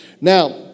Now